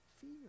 fear